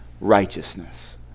righteousness